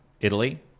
Italy